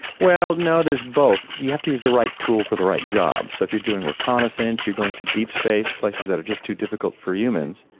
no, there is both. you have to use the right tool for the right job. so if you're doing reconnaissance, you're going to deep space, places that are just too difficult for humans,